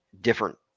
different